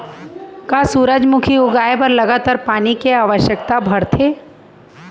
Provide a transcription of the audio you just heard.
का सूरजमुखी उगाए बर लगातार पानी के आवश्यकता भरथे?